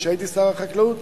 כשהייתי שר החקלאות,